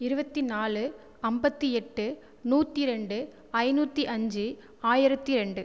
இருபத்தினாலு ஐம்பத்தி எட்டு நூற்றி ரெண்டு ஐநூற்றி அஞ்சு ஆயிரத்தி ரெண்டு